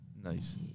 Nice